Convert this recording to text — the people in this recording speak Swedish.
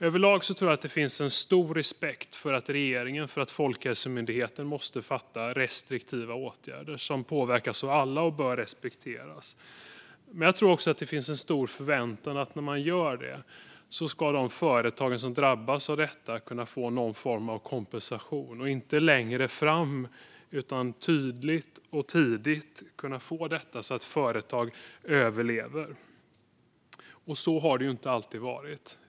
Överlag tror jag att det finns en stor respekt för att regeringen och Folkhälsomyndigheten måste fatta beslut om restriktiva åtgärder, som påverkar alla och som bör respekteras. Men jag tror också att det finns en stor förväntan att när man gör det ska de företag som drabbas få någon form av kompensation. Den ska inte komma längre fram, utan företagen ska kunna få det tydligt och tidigt så att de överlever. Så har det inte alltid varit.